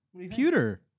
Computer